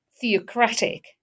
theocratic